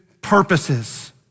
purposes